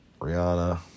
Rihanna